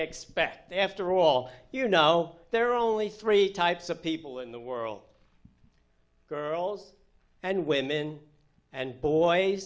expect after all you know there are only three types of people in the world girls and women and boy